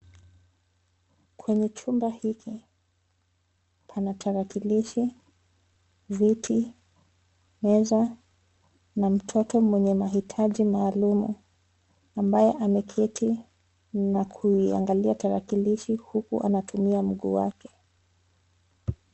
Kwenye chumba hiki, pana tarakilishi, viti, meza na mtoto mwenye mahitaji maalum ambaye ameketi na kuiangalia tarakilishi huku anatumia mguu wake.